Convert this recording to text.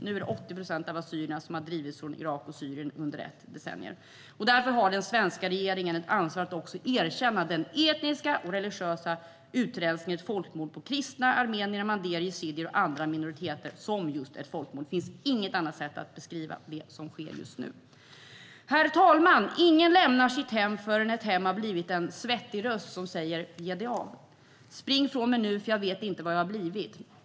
Nu är det 80 procent av assyrierna som under ett decennium har drivits från Irak och Syrien. Därför har den svenska regeringen ett ansvar för att också erkänna den etniska och religiösa utrensningen. Det är ett folkmord på kristna, armenier, mandéer, yazidier och andra minoriteter. Det finns inget annat sätt att beskriva det som sker just nu. Herr talman! Ingen lämnar sitt hem förrän ett hem har blivit en svettigröst i ditt örasom säger: Ge dig av! Spring från mig nu, för jag vet inte vad jag har blivit.